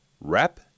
Wrap